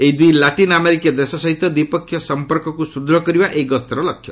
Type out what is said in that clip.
ଏହି ଦୁଇ ଲାଟିନ୍ ଆମେରିକୀୟ ଦେଶ ସହିତ ଦ୍ୱିପକ୍ଷୀୟ ସଂପର୍କକୁ ସୁଦୃଢ଼ କରିବା ଏହି ଗସ୍ତର ଲକ୍ଷ୍ୟ